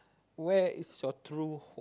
where is your true home